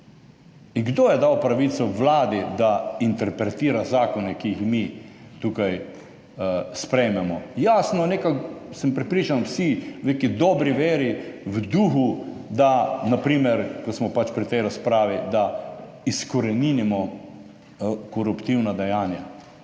In kdo je dal pravico Vladi, da interpretira zakone, ki jih mi tukaj sprejmemo. Jasno, nekako sem prepričan, vsi v neki dobri veri, v duhu, da na primer, ko smo pri tej razpravi, da izkoreninimo koruptivna dejanja.